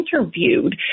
interviewed